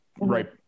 right